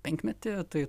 penkmetį tai